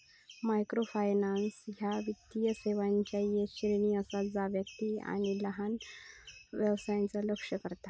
microfinance ह्या वित्तीय सेवांचा येक श्रेणी असा जा व्यक्ती आणि लहान व्यवसायांका लक्ष्य करता